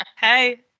Hey